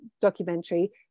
documentary